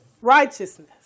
Righteousness